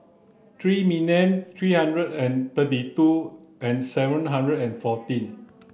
three million three hundred and thirty two and seven hundred and fourteen